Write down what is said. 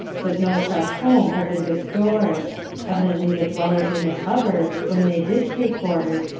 but no such home opened its doors evidently the dwellers in the suburbs, when they did take boarders,